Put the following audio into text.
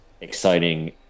exciting